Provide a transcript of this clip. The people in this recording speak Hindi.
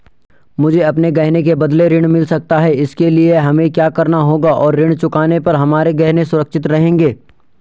मुझे अपने गहने के बदलें ऋण मिल सकता है इसके लिए हमें क्या करना होगा और ऋण चुकाने पर हमारे गहने सुरक्षित रहेंगे?